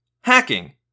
hacking